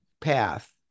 path